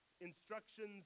instructions